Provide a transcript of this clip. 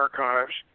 archives